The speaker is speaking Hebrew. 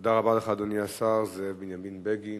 תודה רבה לך, אדוני השר זאב בנימין בגין.